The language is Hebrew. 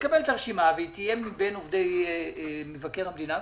נקבל את הרשימה והיא תהיה מבין עובדי משרד מבקר המדינה,